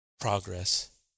progress